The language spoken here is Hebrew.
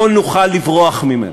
לא נוכל לברוח ממנו.